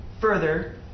further